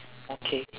okay